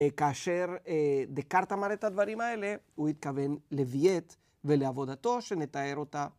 כאשר דקארט אמר את הדברים האלה, הוא התכוון לבייט ולעבודתו שנתאר אותה.